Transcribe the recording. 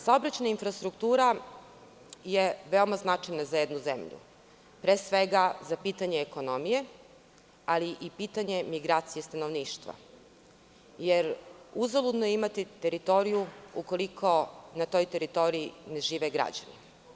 Saobraćajna infrastruktura je veoma značajna za jednu zemlju, pre svega za pitanje ekonomije, ali i pitanje migracije stanovništva, jer uzaludno je imati teritoriju ukoliko na toj teritoriji ne žive građani.